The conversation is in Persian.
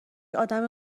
آدم